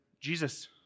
Jesus